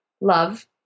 Love